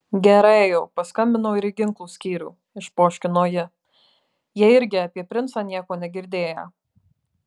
gerai jau paskambinau ir į ginklų skyrių išpoškino ji jie irgi apie princą nieko negirdėję